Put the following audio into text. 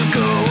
go